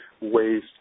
ways